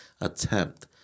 attempt